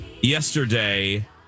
yesterday